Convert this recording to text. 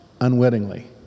unwittingly